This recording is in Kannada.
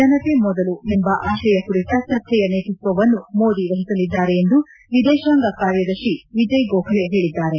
ಜನತೆ ಮೊದಲು ಎಂಬ ಆಶಯ ಕುರಿತ ಚರ್ಚೆಯ ನೇತೃತ್ವವನ್ನು ಮೋದಿ ವಹಿಸಲಿದ್ದಾರೆ ಎಂದು ವಿದೇಶಾಂಗ ಕಾರ್ಯದರ್ಶಿ ವಿಜಯ್ ಗೋಖರೆ ಹೇಳದ್ದಾರೆ